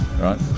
right